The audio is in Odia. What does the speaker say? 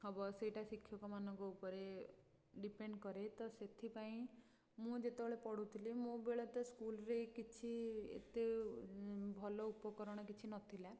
ସେଇଟା ଶିକ୍ଷକମାନଙ୍କ ଉପରେ ଡିପେଣ୍ଡ କରେ ତ ସେଥିପାଇଁ ମୁଁ ଯେତେବେଳେ ପଢ଼ୁଥିଲି ମୋ ବେଳେ ତ ସ୍କୁଲରେ ଏ କିଛି ଏତେ ଭଲ ଉପକରଣ କିଛି ନଥିଲା